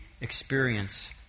experience